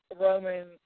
Roman